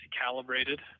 calibrated